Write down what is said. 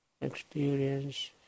experience